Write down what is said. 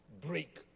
break